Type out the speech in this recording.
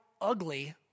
ugly